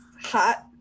hot